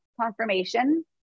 confirmation